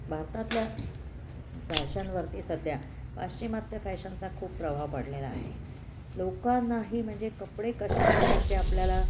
भारतातल्या फॅशनवरती सध्या पाश्चिमात्य फॅशनचा खूप प्रभाव पडलेला आहे लोकांनाही म्हणजे कपडे कशा प्रकारचे आपल्याला